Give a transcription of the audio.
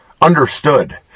understood